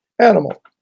animal